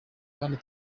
kandi